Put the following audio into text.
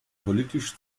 politisch